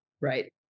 Right